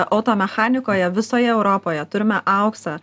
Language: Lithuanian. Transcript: automechanikoje visoje europoje turime auksą